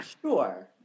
sure